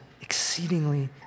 exceedingly